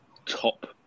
top